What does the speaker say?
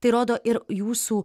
tai rodo ir jūsų